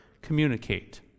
communicate